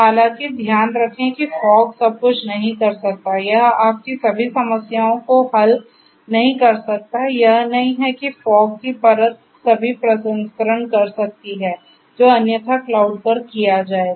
हालाँकि ध्यान रखें कि फॉग सब कुछ नहीं कर सकता है यह आपकी सभी समस्याओं को हल नहीं कर सकता है यह नहीं है कि फॉग की परत सभी प्रसंस्करण कर सकती है जो अन्यथा क्लाउड पर किया जाएगा